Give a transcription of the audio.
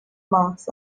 mas